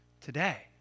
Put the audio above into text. today